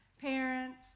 parents